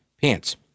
pants